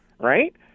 Right